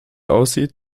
aussieht